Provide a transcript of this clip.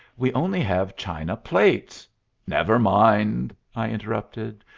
we only have china plates never mind, i interrupted.